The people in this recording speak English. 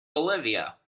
bolivia